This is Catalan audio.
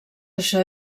això